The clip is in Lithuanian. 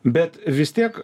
bet vis tiek